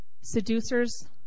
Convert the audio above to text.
seducers